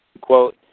Quote